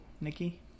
Nikki